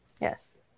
Yes